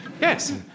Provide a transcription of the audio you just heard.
Yes